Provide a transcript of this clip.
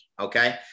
Okay